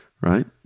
right